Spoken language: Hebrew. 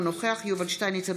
אינו נוכח יובל שטייניץ,